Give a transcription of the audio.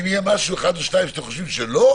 אם יהיה משהו אחד או שניים שאתם חושבים שלא,